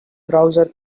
browser